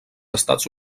estats